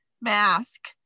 mask